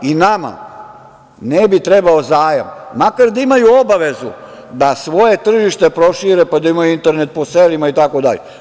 Nama ne bi trebao zajam, makar da imaju obavezu da svoje tržište prošire, pa da imaju internet po selima itd.